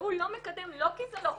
והוא לא מקדם לא כי זה לא חוקי,